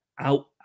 Out